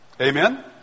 Amen